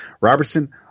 Robertson